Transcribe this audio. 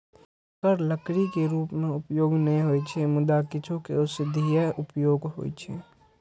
एकर लकड़ी के रूप मे उपयोग नै होइ छै, मुदा किछु के औषधीय उपयोग होइ छै